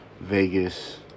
Vegas